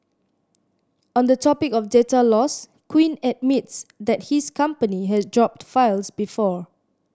on the topic of data loss Quinn admits that his company has dropped files before